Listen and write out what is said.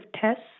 tests